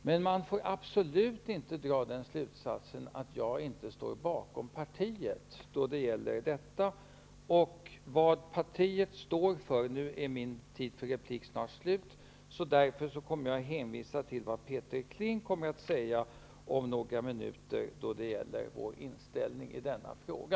Men man får absolut inte dra den slutsatsen att jag inte står bakom partiet i denna fråga. På grund av att min tid för replik snart är slut, kommer jag att hänvisa till det Peter Kling kommer att säga om några minuter om vårt partis inställning i denna fråga.